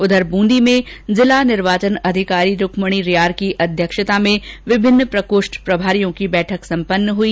उधर बूंदी में जिला निर्वाचन अधिकारी रूकमणी रियार की अध्यक्षता में विभिन्न प्रकोष्ठ प्रभारियों की बैठक सम्पन्न हुई